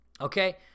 okay